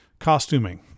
costuming